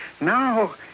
now